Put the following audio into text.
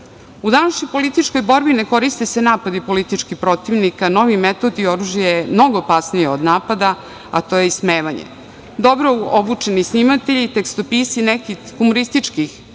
današnjoj političkoj borbi, ne koriste se napadi političkih protivnika, novi metod, oružje je mnogo opasnije od napada, a to je ismevanje. Dobro obučeni snimatelji, tekstopisci nekih humorističkih